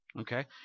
Okay